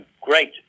great